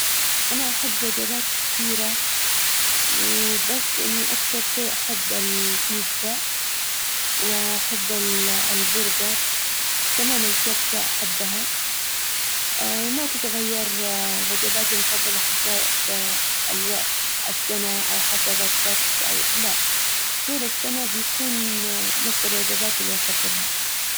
انا احب وجبات كثيرة وبس إني اكثر شيء احب البيتزا واحب البرجر كمان الكبسة احبها وما تتغير وجباتي المفضلة حسب السنة او حسب الطقس طول السنة بيكون نفس الوجبات اللي افضلها.